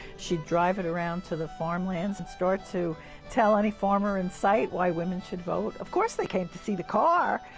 she'd drive it around to the farmlands, and start to tell any farmer in site why women should vote. of course they came to see the car,